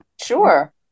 Sure